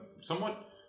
somewhat